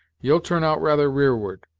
you'll turn out rather rearward,